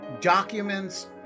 documents